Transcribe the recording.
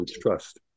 trust